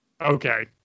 Okay